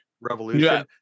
revolution